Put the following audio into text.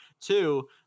two